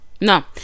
No